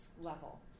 level